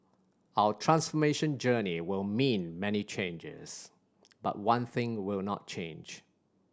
our transformation journey will mean many changes but one thing will not change